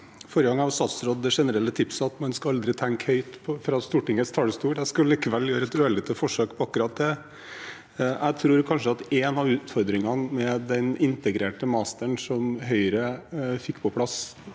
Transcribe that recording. forrige gang jeg var statsråd, det generelle tipset at man aldri skal tenke høyt fra Stortingets talerstol. Jeg skal likevel gjøre et ørlite forsøk på akkurat det. Jeg tror kanskje at en av utfordringene med den integrerte masteren som Høyre fikk på plass